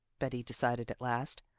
betty decided at last.